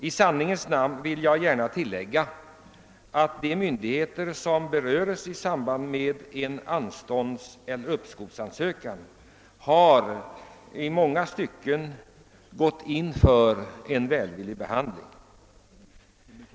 I sanningens namn vill jag gärna tillägga att de myndigheter som beröres i samband med en anståndseller uppskovsansökan i många stycken har gått in för en välvillig behandling.